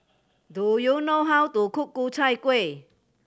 do you know how to cook Ku Chai Kueh